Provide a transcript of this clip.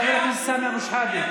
חבר הכנסת סמי אבו שחאדה,